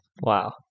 Wow